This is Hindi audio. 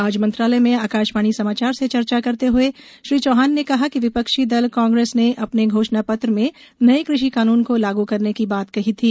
आज मंत्रालय में आकाशवाणी समाचार से चर्चा करते हुए श्री चौहान ने कहा कि विपक्षी दल कांग्रेस ने अपने घोषणा पत्र में नये कृषि कानून को लागू करने की बात कही थी